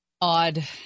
odd